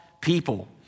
people